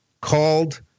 called